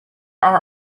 are